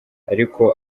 ariko